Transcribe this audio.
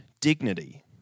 dignity